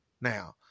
now